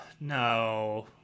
no